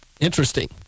Interesting